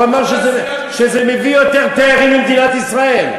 הוא אמר שזה מביא יותר תיירים למדינת ישראל.